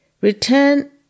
return